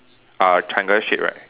uh triangle shape right